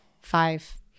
Five